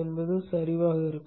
என்பது சரிவாக இருக்கும்